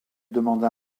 demanda